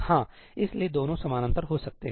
हाँ इसलिए दोनों समानांतर हो सकते हैं